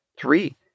three